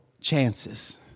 chances